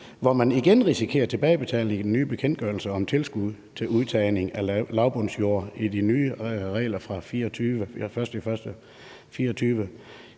hvor man igen risikerer at tilbagebetale, i den nye bekendtgørelse om tilskud til udtagning af lavbundsjorde i de nye regler fra den 1.